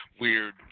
weird